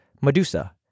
Medusa